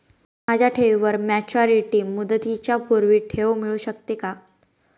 माझ्या ठेवीवर मॅच्युरिटी मुदतीच्या पूर्वी ठेव मिळू शकते का?